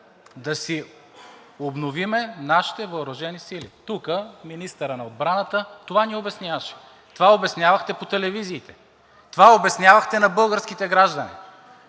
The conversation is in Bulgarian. да си обновим нашите въоръжени сили?! Тук министърът на отбраната това ни обясняваше, това обяснявахте по телевизиите, това обяснявахте на българските граждани.